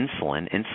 insulin